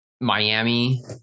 Miami